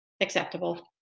acceptable